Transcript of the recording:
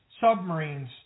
submarines